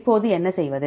இப்போது என்ன செய்வது